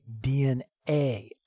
DNA